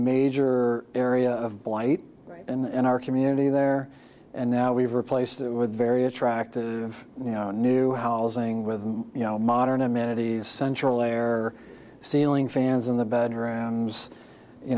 major area of blight and our community there and now we've replaced it with very attractive new housing with you know modern amenities central air ceiling fans in the bedrooms you